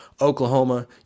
Oklahoma